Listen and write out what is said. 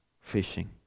fishing